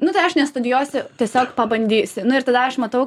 nu tai aš nestudijuosiu tiesiog pabandysiu nu ir tada aš matau